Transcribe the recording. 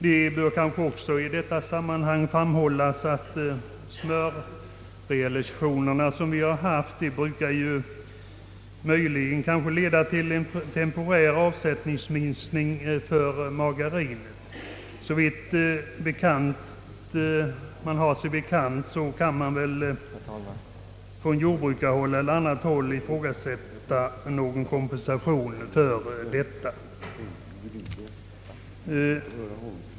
De smörrealisationer som vi har haft brukar leda till en temporär avsättningsminskning för margarinet. Detta bör kanske påpekas, men såvitt jag har mig bekant har man varken på jordbrukarhåll eller på annat håll velat ifrågasätta att erhålla någon ersättning för denna minskning av margarinet.